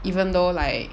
even though like